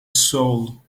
soul